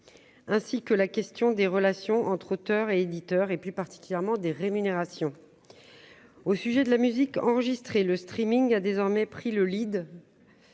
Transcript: ainsi que la question des relations entre auteurs et éditeurs et plus particulièrement des rémunérations au sujet de la musique enregistrée, le streaming a désormais pris le lead,